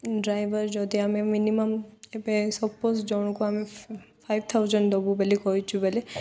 driver ଯଦି ଆମେ minimum ଏବେ ସପୋଜ୍ ଜଣକୁ ଆମେ ଫାଇଭ୍ ଥାଉଜେଣ୍ଡ ଦେବୁ ବୋଲି କହିଛୁ ବଲେ